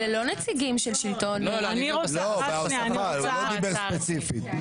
אלה לא נציגים של שלטון --- הוא לא דיבר ספציפית,